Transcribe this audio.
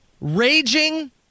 Raging